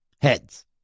Heads